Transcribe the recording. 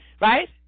right